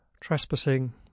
trespassing